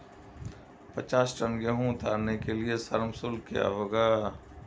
पचास टन गेहूँ उतारने के लिए श्रम शुल्क क्या होगा?